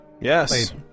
Yes